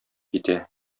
китә